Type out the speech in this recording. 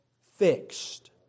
fixed